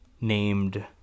named